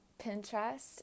Pinterest